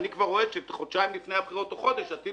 אני כבר רואה שחודשיים או חודש לפני הבחירות אם פתאום